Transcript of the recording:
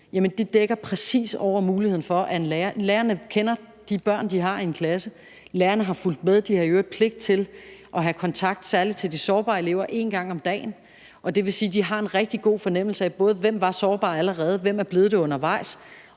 De dækker præcis over muligheden. Lærerne kender de børn, de har i en klasse, lærerne har fulgt med, og de har i øvrigt pligt til at have kontakt særlig til de sårbare elever en gang om dagen. Og det vil sige, at de har en rigtig god fornemmelse af, både hvem der allerede var sårbar, og hvem der er blevet det undervejs,